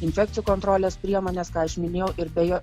infekcijų kontrolės priemonės ką aš minėjau ir beje